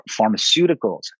Pharmaceuticals